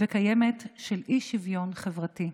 וקיימת של אי-שוויון חברתי,